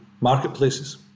marketplaces